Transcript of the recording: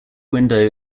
window